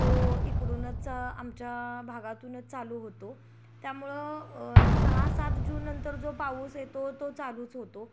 तो इकडूनच आमच्या भागातूनच चालू होतो त्यामुळं सहा सात जून नंतर जो पाऊस येतो तो चालूच होतो